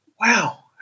Wow